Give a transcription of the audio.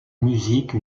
musique